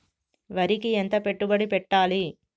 వరికి ఎంత పెట్టుబడి పెట్టాలి?